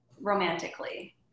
romantically